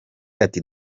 ati